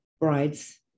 brides